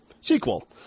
sequel